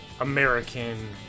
American